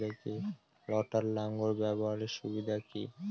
লটার লাঙ্গল ব্যবহারের সুবিধা কি?